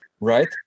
right